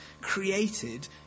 Created